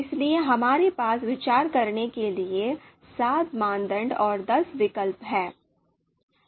इसलिए हमारे पास विचार करने के लिए सात मानदंड और दस विकल्प हैं